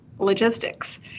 Logistics